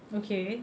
okay